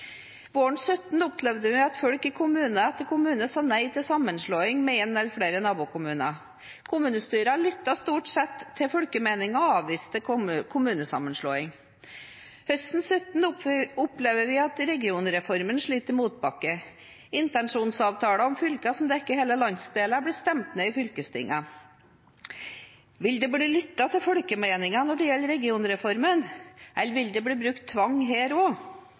Våren 2016 opplevde vi at folk i kommune etter kommune sa nei til sammenslåing med en eller flere nabokommuner. Kommunestyrene lyttet stort sett til folkemeningen og avviste kommunesammenslåing. Høsten 2016 opplever vi at regionreformen sliter i motbakke. Intensjonsavtaler om fylker som dekker hele landsdeler, blir stemt ned i fylkestingene. Vil det bli lyttet til folkemeningen når det gjelder regionreformen, eller vil det bli brukt tvang her også? Flertallspartiene i Stortinget sa at kommunereformen skulle bygge på lokale prosesser og